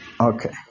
Okay